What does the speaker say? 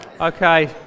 Okay